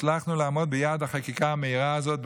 הצלחנו לעמוד ביעד החקיקה המהירה הזאת.